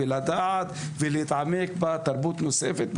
לדעת ולהתעמק בתרבות נוספת,